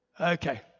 Okay